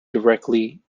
directly